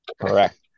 Correct